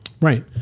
Right